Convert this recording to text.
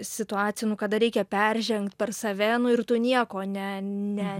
situacijų nu kada reikia peržengt per save nu ir tu nieko ne ne